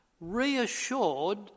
reassured